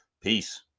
Peace